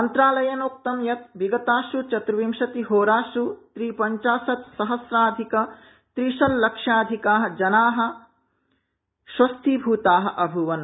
मन्त्रालयेनोक्तं यत् विगतासु चतुर्विशतिहोरासु त्रिपञ्चाशत् सहस्राधिक त्रिलक्षाधिका जनाः स्वस्थीभूताः अभूवन्